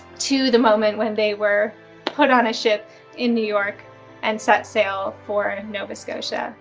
to the moment when they were put on a ship in new york and set sail for nova scotia